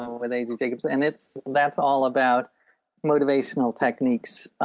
where they take so and it's that's all about motivational techniques.